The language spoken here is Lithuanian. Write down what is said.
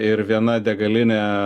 ir viena degalinė